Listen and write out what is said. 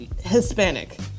Hispanic